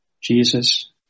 Jesus